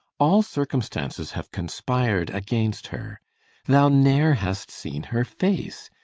all circumstances have conspired against her thou ne'er hast seen her face,